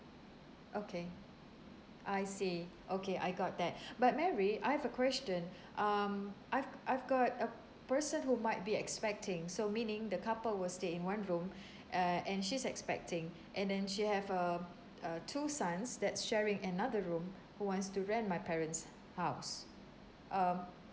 okay I see okay I got that but mary I have a question um I've I've got a person who might be expecting so meaning the couple will stay in one room err and she's expecting and then she have um uh two sons that's sharing another room who wants to rent my parents' house um